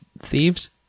thieves